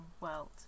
world